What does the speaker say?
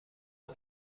are